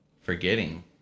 forgetting